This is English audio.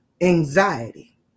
anxiety